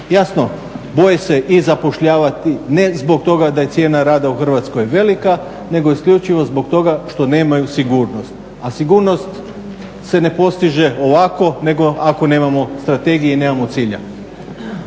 Jasno, boje se i zapošljavati, ne zbog toga da je cijena rada u Hrvatskoj velika nego isključivo zbog toga što nemaju sigurnost, a sigurnost se ne postiže ovako nego ako nema strategije i nemamo cilja.